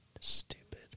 Stupid